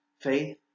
faith